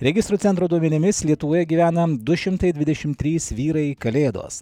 registrų centro duomenimis lietuvoje gyvena du šimtai dvidešim trys vyrai kalėdos